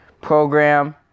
program